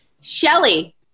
shelly